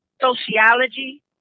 sociology